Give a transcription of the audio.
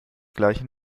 gleichen